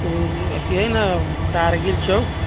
ओ अथी हय न कारगिल चौक